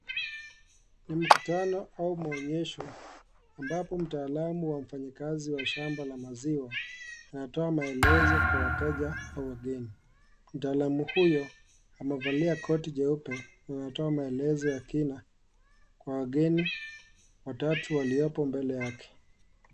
Ni mkutano au maonyesho ambapo mtaalamu au mfanyikazi wa maziwa anatoa maelezo kwa wateja au wageni. Mtaalamu huyo amevalia koti jeupe na anatoa maelezo ya kina kwa wageni watatu waliopo mbele yake.